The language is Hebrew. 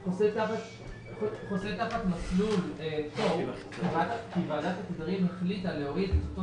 הוא תחת מסלול פטור כי ועדת התדרים החליטה להוריד...